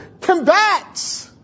combats